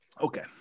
okay